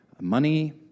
money